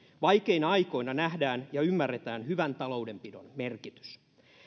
vaikeina aikoina nähdään ja ymmärretään hyvän taloudenpidon merkitys